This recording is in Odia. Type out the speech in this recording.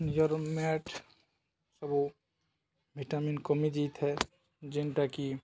ନିୟରମେଟ ସବୁ ଭିଟାମିନ କମିଯ ଦେଇଥାଏ ଯେନ୍ଟାକି